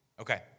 Okay